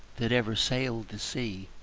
that ever sailed the sea.